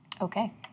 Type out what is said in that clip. Okay